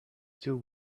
still